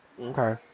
Okay